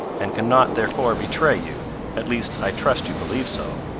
and can not therefore betray you at least i trust you believe so.